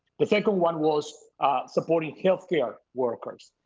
the second one was supporting health care workers.